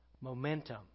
Momentum